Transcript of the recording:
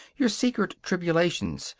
your secret tribulations,